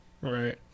Right